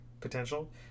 potential